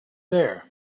there